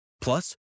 Plus